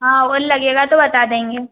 हाँ और लगेगा तो बता देंगे